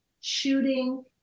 shooting